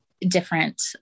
different